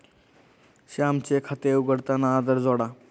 श्यामचे खाते उघडताना आधार जोडा